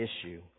issue